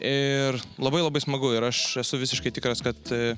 ir labai labai smagu ir aš esu visiškai tikras kad